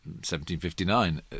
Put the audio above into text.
1759